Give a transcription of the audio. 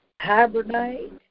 hibernate